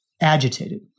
agitated